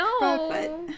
no